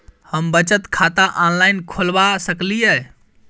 हम बचत खाता ऑनलाइन खोलबा सकलिये?